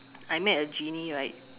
I met a genie right